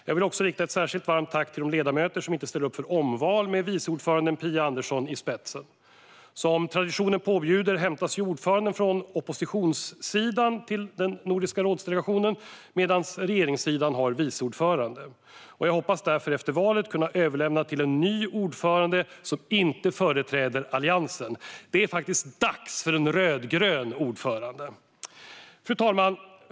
Jag vill också rikta ett särskilt varmt tack till de ledamöter som inte ställer upp för omval med viceordförande Phia Andersson i spetsen. Som traditionen påbjuder hämtas ordföranden från oppositionssidan till den Nordiska rådsdelegationen medan regeringssidan har vice ordföranden. Jag hoppas därför att efter valet kunna överlämna till en ny ordförande som inte företräder Alliansen. Det är dags för en rödgrön ordförande. Fru talman!